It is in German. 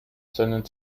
seinen